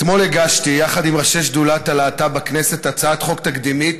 אתמול הגשתי יחד עם ראשי שדולת הלהט"ב בכנסת הצעת חוק תקדימית,